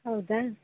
ಹೌದಾ